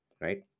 right